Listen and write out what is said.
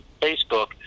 Facebook